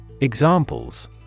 Examples